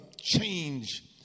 change